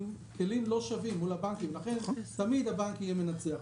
עם כלים לא שווים מול הבנקים לכן תמיד הבנק יהיה מנצח.